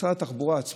משרד התחבורה עצמו